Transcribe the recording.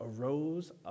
arose